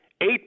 eight